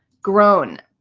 grown.